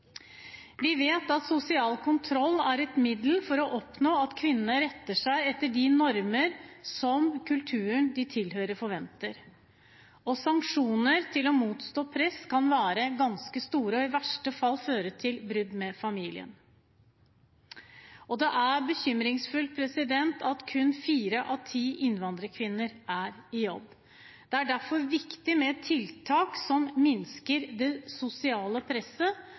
Vi vet at sosial kontroll er et middel for å oppnå at kvinner retter seg etter de normene som kulturen de tilhører, har, og sanksjonene ved å motstå press kan være ganske store og i verste fall føre til brudd med familien. Det er bekymringsfullt at kun fire av ti innvandrerkvinner er i jobb. Det er derfor viktig med tiltak som minsker det sosiale presset,